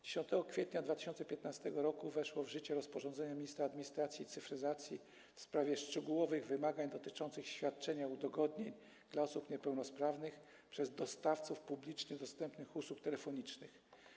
10 kwietnia 2015 r. weszło w życie rozporządzenie ministra administracji i cyfryzacji w sprawie szczegółowych wymagań dotyczących świadczenia udogodnień dla osób niepełnosprawnych przez dostawców publicznie dostępnych usług telefonicznych.